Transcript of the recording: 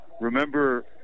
remember